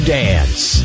dance